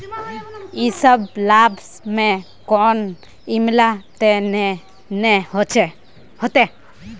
इ सब लाभ में कोई झमेला ते नय ने होते?